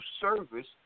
service